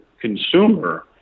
consumer